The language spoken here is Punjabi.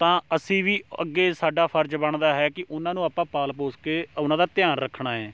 ਤਾਂ ਅਸੀਂ ਵੀ ਅੱਗੇ ਸਾਡਾ ਫ਼ਰਜ਼ ਬਣਦਾ ਹੈ ਕਿ ਉਹਨਾਂ ਨੂੰ ਆਪਾਂ ਪਾਲ ਪੋਸ਼ ਕੇ ਉਹਨਾਂ ਦਾ ਧਿਆਨ ਰੱਖਣਾ ਹੈ